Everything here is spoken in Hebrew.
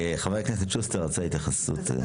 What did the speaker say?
הכנסת שוסטר רצה התייחסות.